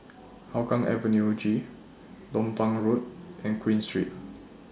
Hougang Avenue G Lompang Road and Queen Street